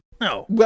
No